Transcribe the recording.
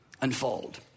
unfold